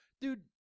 Dude